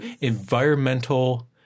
environmental